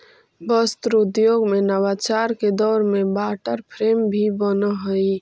वस्त्र उद्योग में नवाचार के दौर में वाटर फ्रेम भी बनऽ हई